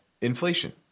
inflation